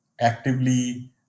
actively